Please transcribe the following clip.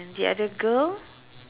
and the other girl